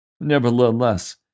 Nevertheless